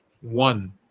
One